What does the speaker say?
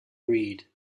read